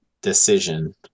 decision